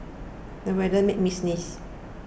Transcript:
the weather made me sneeze